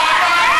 אתה קורא לו לצאת?